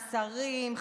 שרים,